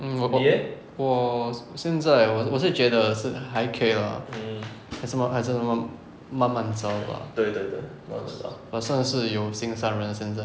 mm 我我我现在我我是觉得是还可以 lah 还是那么还是慢慢找吧 but 算是有心上人现在